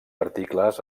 articles